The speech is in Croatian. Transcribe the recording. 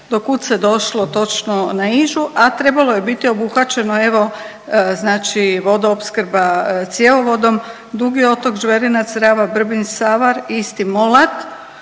do kud se došlo točno na Ižu, a trebalo je biti obuhvaćeno evo znači vodoopskrba cjevovodom Dugi otok, Žverina, Crava, Brbinj, Savar i Stimolat,